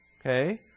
okay